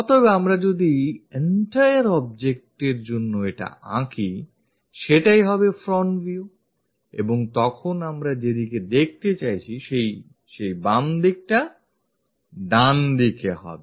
অতএব আমরা যদি entire object এর জন্য এটা আঁকি সেটাই হবে front view এবং তখন আমরা যেদিকে দেখতে চাইছি সেই বামদিকটা ডানদিকে হবে